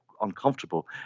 uncomfortable